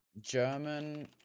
German